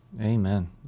Amen